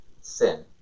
sin